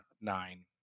nine